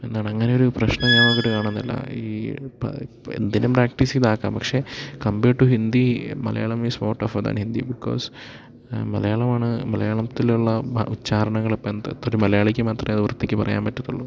എന്താണ് അങ്ങനൊരു പ്രശ്നം ഞാൻ നോക്കിയിട്ട് കാണുന്നില്ല ഈ പ പ എന്തിനും പ്രക്ടീസ് ചെയ്താക്കാം പക്ഷെ compared to Hindi Malayalam is more tougher than Hindi because മലയാളമാണ് മലയാളത്തിലുള്ള ഉച്ഛാരണങ്ങൾ ഇപ്പം എന്താ മലയാളിക്ക് മാത്രമേ വൃത്തിക്ക് പറയാൻ പറ്റത്തുള്ളൂ